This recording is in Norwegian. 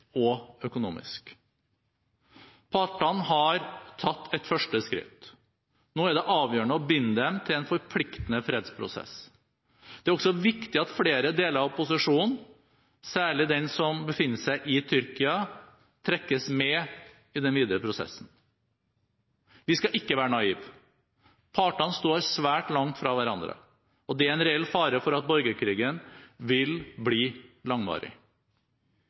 og økonomisk. Partene har tatt et første skritt. Nå er det avgjørende å binde dem til en forpliktende fredsprosess. Det er også viktig at flere deler av opposisjonen, særlig den som befinner seg i Syria, trekkes med i den videre prosessen. Vi skal ikke være naive. Partene står svært langt fra hverandre. Det er en reell fare for at borgerkrigen vil bli langvarig.